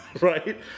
Right